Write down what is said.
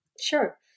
Sure